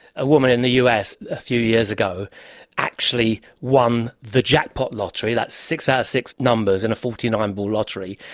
a woman in the us a few years ago actually won the jackpot lottery, that's six out of six numbers in a forty nine ball lottery,